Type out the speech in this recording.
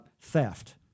theft